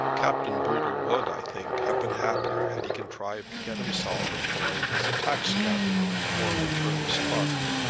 captain boodle would, i think, have been happier had he contrived to get himself employed as a tax-gatherer or an attorney's clerk.